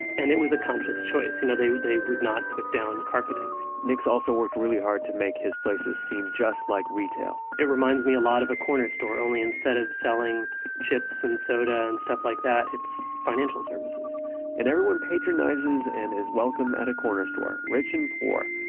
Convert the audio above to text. and it was a conscious choice, you know? they would they would not put down carpeting nix also worked really hard to make his places seem just like retail it reminds me a lot of a corner store, only instead of selling chips and soda and stuff like that, it's financial services and everyone patronizes and is welcome at a corner store, rich and poor.